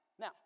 Now